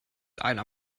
einer